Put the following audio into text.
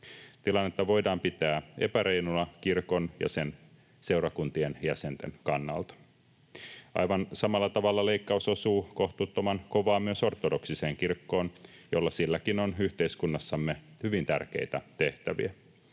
Tilannetta voidaan pitää epäreiluna kirkon ja sen seurakuntien jäsenten kannalta. Aivan samalla tavalla leikkaus osuu kohtuuttoman kovaa myös ortodoksiseen kirkkoon, jolla silläkin on yhteiskunnassamme hyvin tärkeitä tehtäviä.